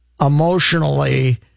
emotionally